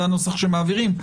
זה הנוסח שמעבירים,